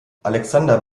alexander